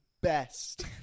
best